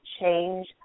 change